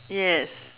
yes